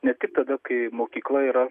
ne tik tada kai mokykla yra